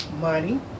Money